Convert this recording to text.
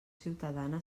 ciutadana